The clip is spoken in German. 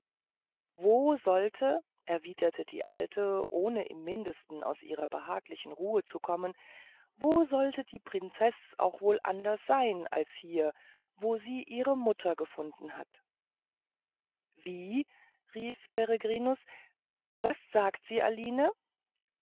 wo sollte erwiderte die alte ohne im mindesten aus ihrer behaglichen ruhe zu kommen wo sollte die prinzeß auch wohl anders sein als hier wo sie ihre mutter gefunden hat wie rief peregrinus was sagt sie aline